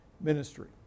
ministry